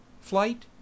flight